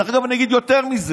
דרך אגב, אני אגיד יותר מזה: